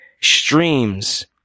Streams